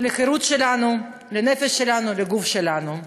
לחירות שלנו, לנפש שלנו, לגוף שלנו.